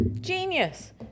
Genius